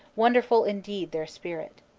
wonderful indeed their spirit.